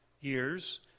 years